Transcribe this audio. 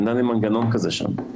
אין לנו מנגנון כזה שם.